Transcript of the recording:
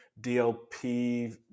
DLP